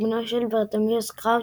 בנו של ברטמיוס קראוץ',